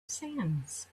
sands